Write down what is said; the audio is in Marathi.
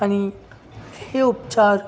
आणि हे उपचार